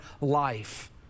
life